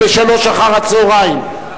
אחר-הצהריים,